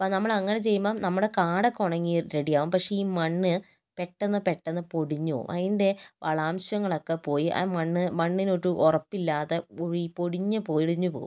അപ്പം നമ്മൾ അങ്ങനെ ചെയ്യുമ്പം നമ്മുടെ കാടൊക്കെ ഉണങ്ങി റെഡിയാകും പക്ഷെ ഈ മണ്ണ് പെട്ടെന്ന് പെട്ടെന്ന് പൊടിഞ്ഞു പോകും അതിൻ്റെ വളാംശങ്ങളൊക്കെ പോയി ആ മണ്ണ് മണ്ണിന് ഒരു ഉറപ്പില്ലാതെ പൊഴി പൊടിഞ്ഞ് പൊടിഞ്ഞ് പോകും